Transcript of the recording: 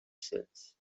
cells